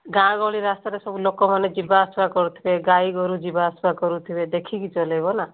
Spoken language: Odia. ଗାଁ ଗହଳି ରାସ୍ତାରେ ସବୁ ଲୋକମାନେ ଯିବା ଆସିବା କରୁଥିବେ ଗାଈଗୋରୁ ଯିବା ଆସିବା କରୁଥିବେ ଦେଖିକି ଚଲାଇବ ନା